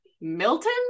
milton